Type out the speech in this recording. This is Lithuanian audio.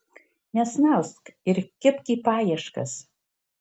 nesnausk ir kibk į paieškas